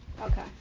Okay